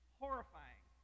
horrifying